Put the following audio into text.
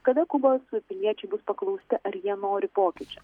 kada kubos piliečiai bus paklausti ar jie nori pokyčių